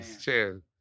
Cheers